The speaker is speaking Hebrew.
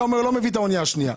היה אומר: לא מביא את האוניה השנייה,